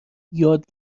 یاد